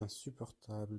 insupportable